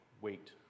Wait